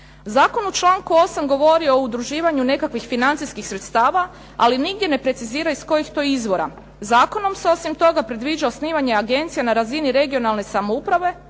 Zakon u članku 8. govori o udruživanju nekakvih financijskih sredstava, ali nigdje ne precizira iz kojih to izvora. Zakonom se osim toga predviđa osnivanje agencije za razini regionalne samouprave,